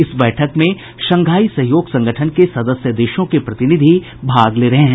इस बैठक में शंघाई सहयोग संगठन के सदस्य देशों के प्रतिनिधि भाग ले रहे हैं